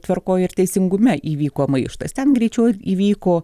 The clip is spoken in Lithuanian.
tvarkoj ir teisingume įvyko maištas ten greičiau įvyko